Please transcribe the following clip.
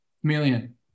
chameleon